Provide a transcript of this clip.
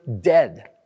dead